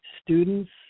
students